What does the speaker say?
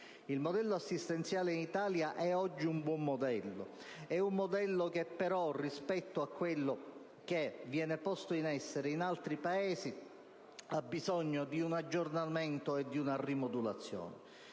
Il modello assistenziale in Italia è oggi un buon modello, che però, rispetto a quello che viene posto in essere in altri Paesi, ha bisogno di un aggiornamento e di una rimodulazione.